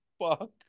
fuck